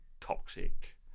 toxic